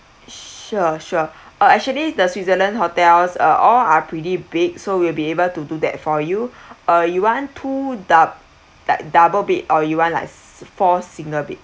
sure sure uh actually the switzerland hotels uh are all are pretty big so we'll be able to do that for you uh you want two doub~ dou~ double bed or you want like four single bed